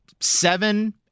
seven